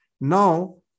now